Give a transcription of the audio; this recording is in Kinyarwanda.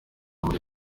muri